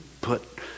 put